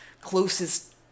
closest